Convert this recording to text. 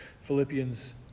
Philippians